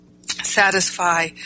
satisfy